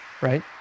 right